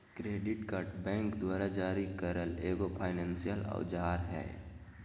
credit card bank द्वारा जारी करल एगो फायनेंसियल औजार हइ